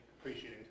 appreciating